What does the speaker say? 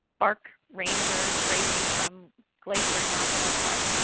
bark ranger gracie from glacier national park.